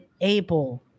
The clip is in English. able